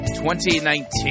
2019